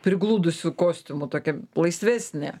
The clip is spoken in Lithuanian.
prigludusių kostiumų tokia laisvesnė